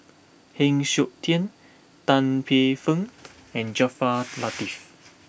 Heng Siok Tian Tan Paey Fern and Jaafar Latiff